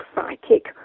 psychic